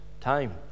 time